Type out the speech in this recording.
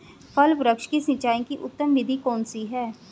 फल वृक्ष की सिंचाई की उत्तम विधि कौन सी है?